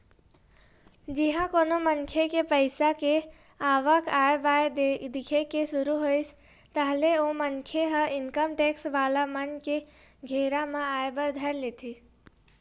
जिहाँ कोनो मनखे के पइसा के आवक आय बाय दिखे के सुरु होइस ताहले ओ मनखे ह इनकम टेक्स वाला मन के घेरा म आय बर धर लेथे